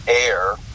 air